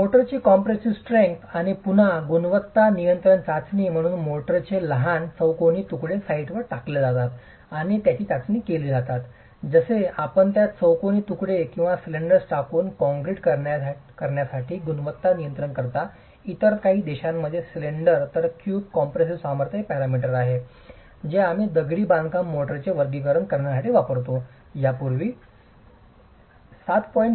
मोर्टारची compressive strength आणि पुन्हा गुणवत्ता नियंत्रण चाचणी म्हणून मोर्टारचे लहान चौकोनी तुकडे साइटवर टाकले जातात आणि त्याची चाचणी केली जातात जसे आपण त्या चौकोनी तुकडे किंवा सिलेंडर्स टाकून काँट्रीट करण्यासाठी गुणवत्ता नियंत्रण करता इतर काही देशांमध्ये सिलिंडर तर क्यूब कम्प्रॅसिव्ह सामर्थ्य हे पॅरामीटर आहे जे आम्ही दगडी बांधकाम मोर्टारचे वर्गीकरण करण्यासाठी दोन्ही वापरतो यापूर्वी MM 7